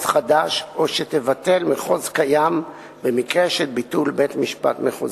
חדש או שתבטל מחוז קיים במקרה של ביטול בית-משפט מחוזי.